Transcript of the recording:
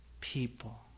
people